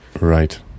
right